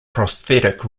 prosthetic